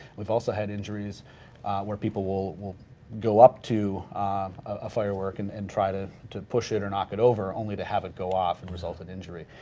we've also had injuries where people will will go up to a firework and and try to to push it or knock it over only to have it go off and result in injury.